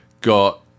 got